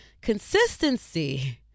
Consistency